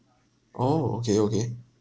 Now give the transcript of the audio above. oh okay okay